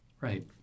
Right